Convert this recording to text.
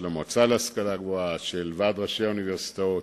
המועצה להשכלה גבוהה וועד ראשי האוניברסיטאות.